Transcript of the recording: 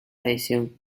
edición